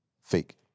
Fake